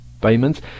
payments